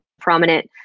prominent